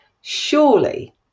surely